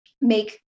make